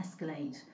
escalate